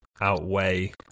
outweigh